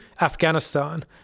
Afghanistan